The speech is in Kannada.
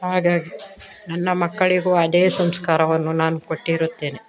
ಹಾಗಾಗಿ ನನ್ನ ಮಕ್ಕಳಿಗೂ ಅದೇ ಸಂಸ್ಕಾರವನ್ನು ನಾನು ಕೊಟ್ಟಿರುತ್ತೇನೆ